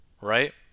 right